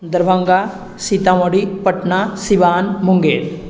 Darbhanga Sitamarhi Patna Siwan Munger